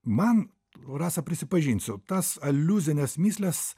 man rasa prisipažinsiu tas aliuzines mįsles